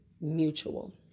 mutual